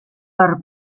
per